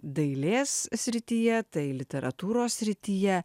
dailės srityje tai literatūros srityje